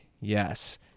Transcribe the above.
yes